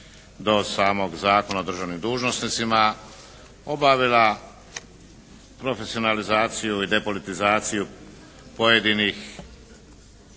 do samog Zakona o državnim dužnosnicima obavila profesionalizaciju i depolitizaciju pojedinih